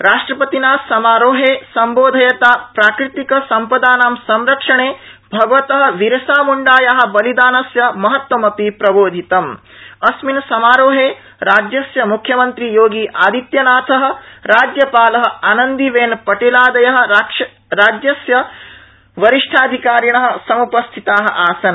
राष्ट्रपतिना समारोहे सम्बोधयता प्राकृतिक सम्पदानां संरक्षणे भगवतः बिरसा मृण्डायाः बलिदानस्य महत्त्वमपि प्रबोधितम् अस्मिन् समारोहे राज्यस्य मुख्यमंत्री योगी आदित्यनाथ राज्यपाल आनंदी बेन पटेलादय राज्यस्य वरिष्ठाधिकारिण समपस्थिता आसन्